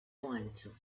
pointes